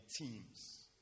teams